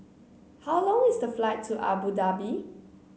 how long is the flight to Abu Dhabi